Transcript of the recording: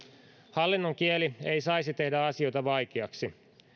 hallinnon kieli ei saisi tehdä asioita vaikeaksi